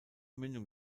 mündung